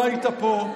לא היית פה,